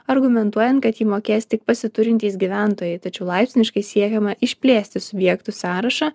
argumentuojant kad jį mokės tik pasiturintys gyventojai tačiau laipsniškai siekiama išplėsti subjektų sąrašą